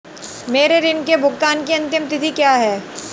मेरे ऋण के भुगतान की अंतिम तिथि क्या है?